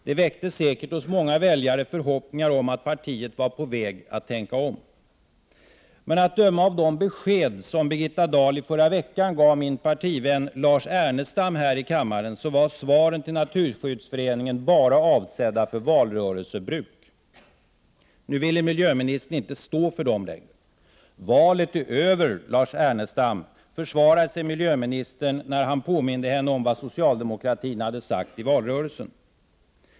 Det väckte säkert hos många väljare förhoppningar om att partiet var på väg att tänka om. Men att döma av de besked som Birgitta Dahl i förra veckan gav min partivän Lars Ernestam här i kammaren var svaren till Naturskyddsföreningen bara avsedda för valrörelsebruk. Nu ville miljöministern inte stå för dem längre. ”Valet är över, Lars Ernestam!”, försvarade sig miljöministern när han påminde henne om vad socialdemokraterna hade sagt i valrörelsen.